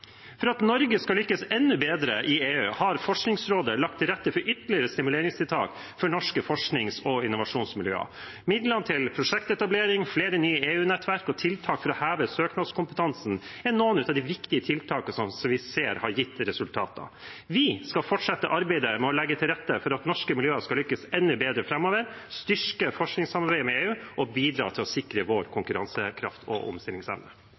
For at Norge skal lykkes enda bedre i EU, har Forskningsrådet lagt til rette for ytterligere stimuleringstiltak for norske forsknings- og innovasjonsmiljøer. Midlene til prosjektetablering, flere nye EU-nettverk og tiltak for å heve søknadskompetansen er noen av de viktige tiltakene som vi ser har gitt resultater. Vi skal fortsette arbeidet med å legge til rette for at norske miljøer skal lykkes enda bedre framover, styrke forskningssamarbeidet med EU og bidra til å sikre vår konkurransekraft og omstillingsevne.